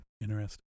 Interesting